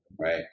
right